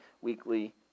weekly